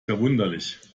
verwunderlich